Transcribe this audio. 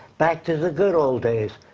back to the good old days.